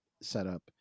setup